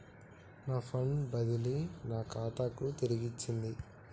నా ఫండ్ బదిలీ నా ఖాతాకు తిరిగచ్చింది